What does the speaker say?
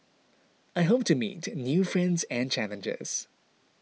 I hope to meet new friends and challenges